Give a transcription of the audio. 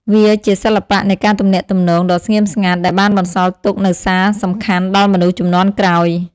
វាជាសិល្បៈនៃការទំនាក់ទំនងដ៏ស្ងៀមស្ងាត់ដែលបានបន្សល់ទុកនូវសារសំខាន់ដល់មនុស្សជំនាន់ក្រោយ។